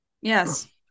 yes